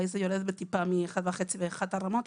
אולי זה יורד בטיפה מ-1.5 באחת הרמות,